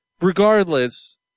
Regardless